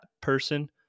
person